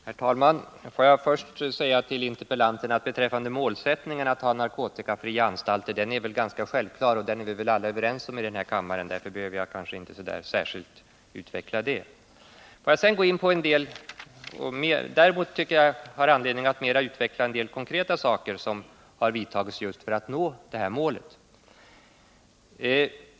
Herr talman! Får jag först till interpellanten säga att målsättningen att vi skall ha narkotikafria anstalter är ganska självklar. Den är väl alla i denna kammare överens om. Därför behöver jag kanske inte särskilt utveckla den. Däremot tycker jag att det finns anledning att mer utveckla en del konkreta åtgärder som har vidtagits just för att nå detta mål.